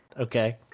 okay